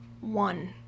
one